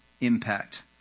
impact